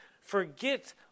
Forget